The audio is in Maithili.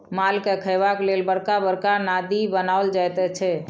मालके खयबाक लेल बड़का बड़का नादि बनाओल जाइत छै